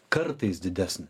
kartais didesnę